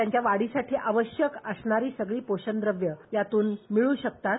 त्यांच्या वाढीसाठी आवश्यक असणारी सगळी पोषणद्रव्य त्यातून मिळू शकतात